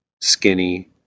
skinny